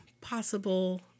possible